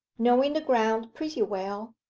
knowing the ground pretty well,